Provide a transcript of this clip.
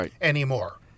anymore